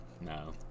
No